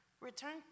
Return